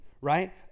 right